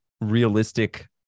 realistic